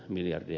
puhemies